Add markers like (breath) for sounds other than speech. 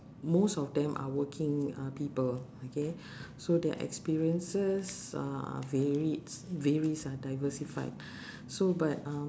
most of them are working uh people okay so their experiences uh varies varies ah diversified (breath) so but um